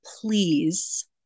please